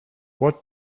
what